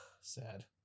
sad